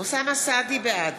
בעד